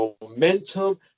momentum